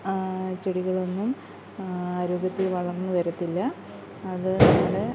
ചെടികളൊന്നും ആരോഗ്യത്തിൽ വളർന്നു വരത്തില്ല അതുകൊണ്ട്